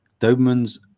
Doberman's